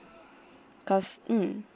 cause mm